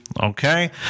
okay